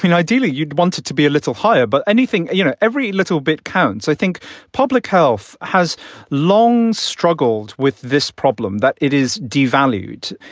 ideally, you'd want it to be a little higher, but anything, you know, every little bit counts. i think public health has long struggled with this problem that it is devalued.